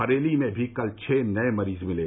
बरेली में भी कल छः नए मरीज मिले